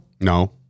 No